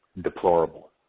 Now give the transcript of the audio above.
deplorable